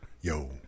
Yo